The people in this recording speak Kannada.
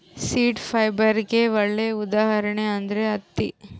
ಸೀಡ್ ಫೈಬರ್ಗೆ ಒಳ್ಳೆ ಉದಾಹರಣೆ ಅಂದ್ರೆ ಹತ್ತಿ